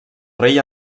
rei